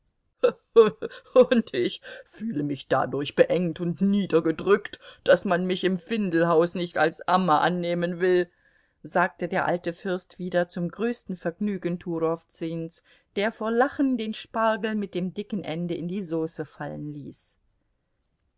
fühle mich dadurch beengt und niedergedrückt daß man mich im findelhause nicht als amme annehmen will sagte der alte fürst wieder zum größten vergnügen turowzüns der vor lachen den spargel mit dem dicken ende in die sauce fallen ließ